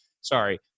sorry